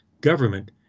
government